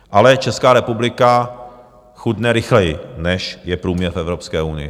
Ale Česká republika chudne rychleji, než je průměr v Evropské unii.